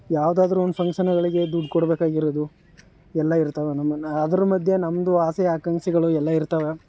ಯಾವ್ದಾದ್ರೊಂದು ಫಂಕ್ಷನ್ಗಳಿಗೆ ದುಡ್ಡು ಕೊಡಬೇಕಾಗಿರೋದು ಎಲ್ಲ ಇರ್ತವೆ ನಮ್ಮನ್ನು ಅದರ ಮಧ್ಯೆ ನಮ್ಮದು ಆಸೆ ಆಕಾಂಕ್ಷೆಗಳು ಎಲ್ಲ ಇರ್ತವೆ